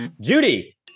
Judy